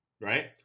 right